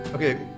Okay